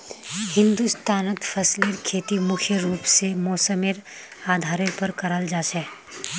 हिंदुस्तानत फसलेर खेती मुख्य रूप से मौसमेर आधारेर पर कराल जा छे